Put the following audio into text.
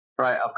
Right